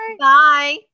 bye